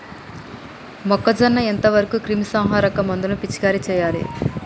మొక్కజొన్న ఎంత వరకు క్రిమిసంహారక మందులు పిచికారీ చేయాలి?